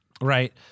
Right